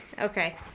Okay